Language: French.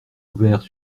ouverts